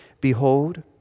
Behold